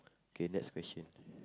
K next question